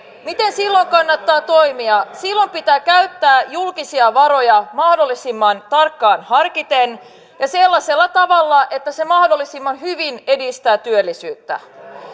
miten silloin kannattaa toimia silloin pitää käyttää julkisia varoja mahdollisimman tarkkaan harkiten ja sellaisella tavalla että se mahdollisimman hyvin edistää työllisyyttä